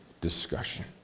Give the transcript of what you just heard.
discussion